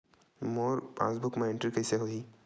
मोर passbook मा entry कइसे होही?